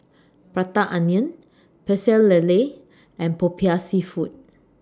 Prata Onion Pecel Lele and Popiah Seafood